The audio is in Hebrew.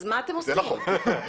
זה נכון.